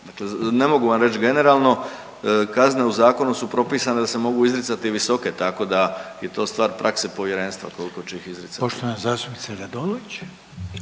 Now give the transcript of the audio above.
Ne mogu vam reći generalno, kazne u zakonu su propisane da se mogu izricati visoke tako da je to stvar prakse povjerenstva koliko će ih izricati.